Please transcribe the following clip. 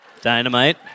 Dynamite